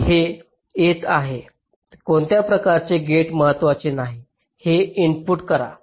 हे येत आहे कोणत्या प्रकारचे गेट महत्वाचे नाही हे इनपुट करा